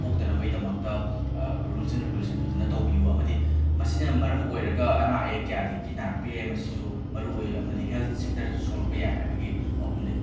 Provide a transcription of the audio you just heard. ꯄꯣꯛꯇꯅꯕꯒꯤꯗꯃꯛꯇ rules and regulation ꯐꯖꯅ ꯇꯧꯕꯤꯌꯨ ꯑꯃꯗꯤ ꯃꯁꯤꯅ ꯃꯔꯝ ꯑꯣꯏꯔꯒ ꯑꯅꯥ ꯑꯌꯦꯛ ꯀꯌꯥꯗꯒꯤ ꯅꯥꯔꯛꯄ ꯌꯥꯏ ꯃꯁꯤꯁꯨ ꯃꯔꯨꯑꯣꯏ ꯑꯃꯗꯤ ꯍꯦꯜꯠ ꯁꯦꯛꯇꯔꯁꯨ ꯁꯣꯛꯂꯛꯄ ꯌꯥꯏ ꯍꯥꯏꯕꯒꯤ ꯋꯥꯐꯝ ꯂꯩ